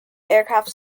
aircraft